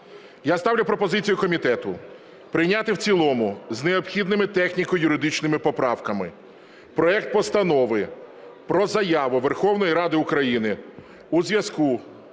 Я ставлю пропозицію комітету прийняти в цілому з необхідними техніко-юридичними поправками проект Постанови про Заяву Верховної Ради України у зв'язку